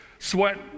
Sweat